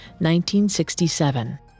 1967